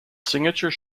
signature